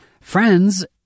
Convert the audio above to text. friends